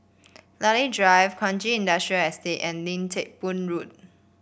Lilac Drive Kranji Industrial Estate and Lim Teck Boo Road